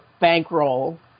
bankroll